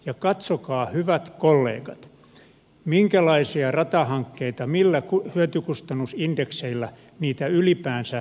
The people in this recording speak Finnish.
ja katsokaa hyvät kollegat minkälaisia ratahankkeita millä hyötykustannusindekseillä ylipäänsä käynnistetään